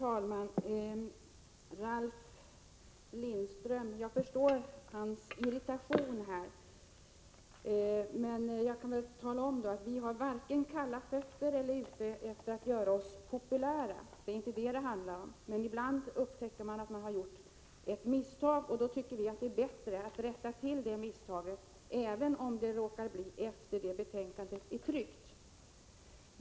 Herr talman! Jag förstår Ralf Lindströms irritation, men jag kan tala om att vi varken har kalla fötter eller är ute efter att göra oss populära — det är inte det det handlar om. Ibland upptäcker man att man har gjort ett misstag, och då tycker vi att det är bättre att rätta till det misstaget, även om det råkar bli efter det att betänkandet är tryckt.